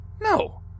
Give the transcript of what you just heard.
No